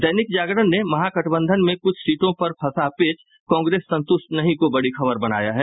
दैनिक जागरण ने महागठबंधन में कुछ सीटों पर फंसा पेच कांग्रेस संतुष्ट नहीं को बड़ी खबर बनाया है